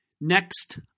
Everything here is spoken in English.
Next